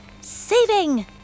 saving